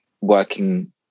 working